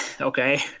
okay